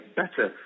better